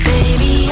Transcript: Baby